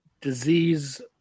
disease